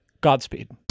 Godspeed